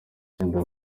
cyenda